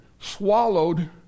swallowed